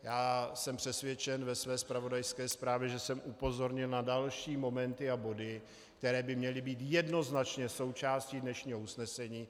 Já jsem přesvědčen, že jsem ve své zpravodajské zprávě upozornil na další momenty a body, které by měly být jednoznačně součástí dnešního usnesení.